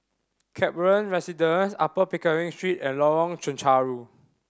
Kaplan Residence Upper Pickering Street and Lorong Chencharu